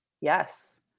yes